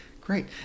Great